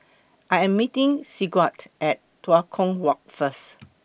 I Am meeting Sigurd At Tua Kong Walk First